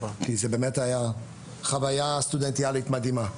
כי זה באמת היה חוויה סטודנטיאלית מדהימה.